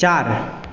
चार